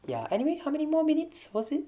ya anyway how many more minutes was it